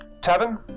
tavern